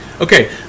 okay